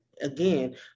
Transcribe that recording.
again